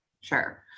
Sure